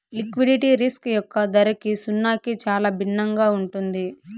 liquidity risk యొక్క ధరకి సున్నాకి చాలా భిన్నంగా ఉంటుంది